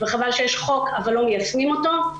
חבל שיש חוק, אבל לא מיישמים אותו.